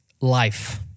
life